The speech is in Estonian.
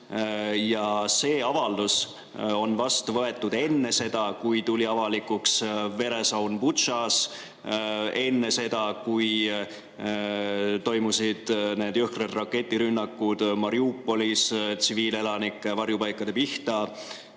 See avaldus võeti vastu enne seda, kui tuli avalikuks veresaun Butšas, enne seda, kui toimusid jõhkrad raketirünnakud Mariupolis tsiviilelanike varjupaikade pihta.